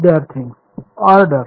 विद्यार्थीः चा ऑर्डर